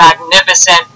magnificent